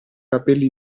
capelli